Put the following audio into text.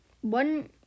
one